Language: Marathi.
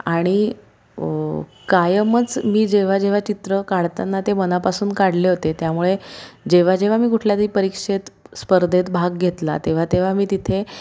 आणि कायमच मी जेव्हा जेव्हा चित्र काढताना ते मनापासून काढले होते त्यामुळे जेव्हा जेव्हा मी कुठल्याही परीक्षेत स्पर्धेत भाग घेतला तेव्हा तेव्हा मी तिथे